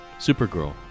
Supergirl